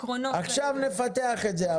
עכשיו בואו נפתח את זה,